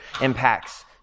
impacts